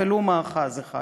ולו מאחז אחד,